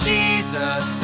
Jesus